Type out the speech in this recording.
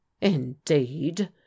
indeed